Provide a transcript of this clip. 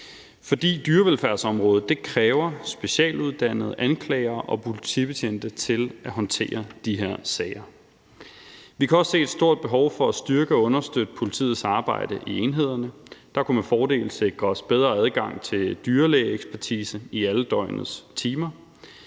For dyrevelfærdsområdet kræver specialuddannede anklagere og politibetjente til at håndtere de her sager. Vi kan også se et stort behov for at styrke og understøtte politiets arbejde i enhederne. Der kunne med fordel sikres bedre adgang til dyrlægeekspertise i alle døgnets timer.